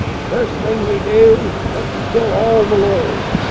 the first thing we do, let's kill all the lawyers